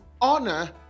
honor